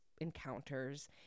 encounters